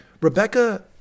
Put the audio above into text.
Rebecca